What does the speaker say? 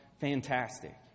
Fantastic